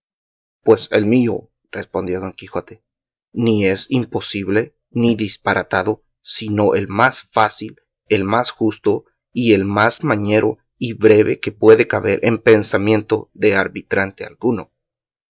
pues el mío respondió don quijote ni es imposible ni disparatado sino el más fácil el más justo y el más mañero y breve que puede caber en pensamiento de arbitrante alguno